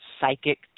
Psychic